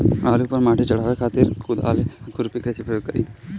आलू पर माटी चढ़ावे खातिर कुदाल या खुरपी के प्रयोग करी?